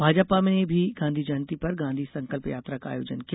भाजपा ने भी गांधी जयंती पर गांधी संकल्प यात्रा का आयोजन किया